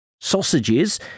Sausages